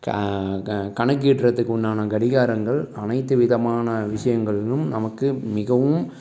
க க கணக்கிடுறதுக்கு உண்டான கடிகாரங்கள் அனைத்து விதமான விஷயங்களிலும் நமக்கு மிகவும்